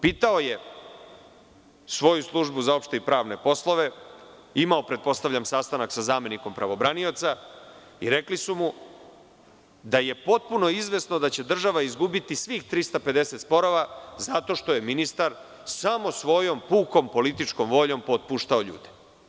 Pitao je svoju službu za opšte i pravne poslove, imao, pretpostavljam sastanak sa zamenikom pravobranioca, i rekli su mu da je potpuno izvesno da će država izgubiti svih 350 sporova, zato što je ministar samo svojom pukom političkom voljom otpuštao ljude.